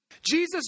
Jesus